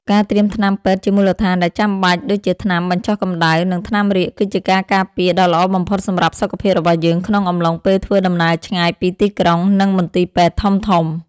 ការត្រៀមថ្នាំពេទ្យជាមូលដ្ឋានដែលចាំបាច់ដូចជាថ្នាំបញ្ចុះកម្ដៅ និង ថ្នាំរាកគឺជាការការពារដ៏ល្អបំផុតសម្រាប់សុខភាពរបស់យើងក្នុងអំឡុងពេលធ្វើដំណើរឆ្ងាយពីទីក្រុង និង មន្ទីរពេទ្យធំៗ។